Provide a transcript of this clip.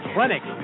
Clinic